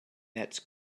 nets